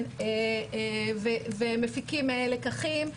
מפיקים לקחים,